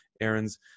errands